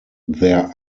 there